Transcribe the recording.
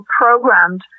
programmed